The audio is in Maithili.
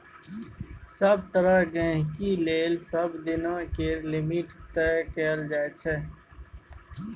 सभ तरहक गहिंकी लेल सबदिना केर लिमिट तय कएल जाइ छै